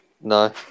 No